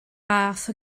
fath